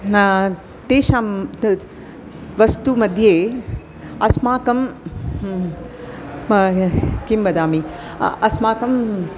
न तेषां तत् वस्तुमध्ये अस्माकं किम् वदामि अस्माकम्